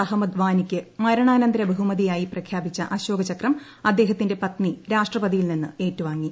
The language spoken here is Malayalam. അഹമ്മദ് വാനിക്ക് ്മരണാനന്തര ബഹുമതിയായി പ്രഖ്യാപിച്ച അശോകചക്രം അദ്ദേഹത്തിന്റെ പത്നി രാഷ്ട്രപതിയിൽ നിന്ന് ഏറ്റുവാങ്ങി